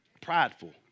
prideful